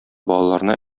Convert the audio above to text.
балаларны